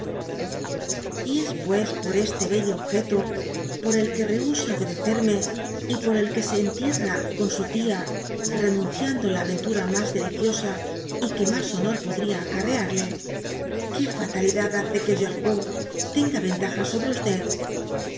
t es pues por este bello objeto por el que rehusa obedecerme y por el que se enticrracon su tia renunciando la aventura mas deliciosa y que mas honor podia acarrearle que fatalidad hace que gercourt tenga ventajas sobre